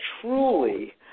truly